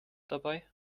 dabei